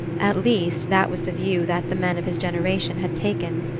at least that was the view that the men of his generation had taken.